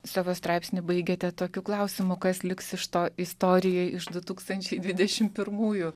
savo straipsnyje baigiate tokių klausimų kas liks iš to istorijai iš du tūkstančiai dvidešimt pirmųjų